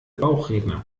bauchredner